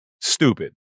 stupid